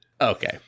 Okay